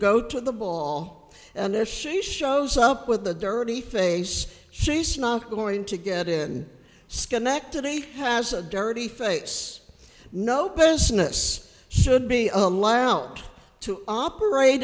go to the ball and if she shows up with a dirty face she's not going to get in schenectady has a dirty face no business should be allowed to operate